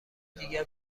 دیگر